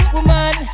Woman